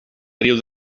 riu